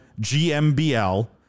GMBL